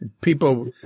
People